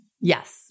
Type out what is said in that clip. Yes